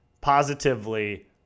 positively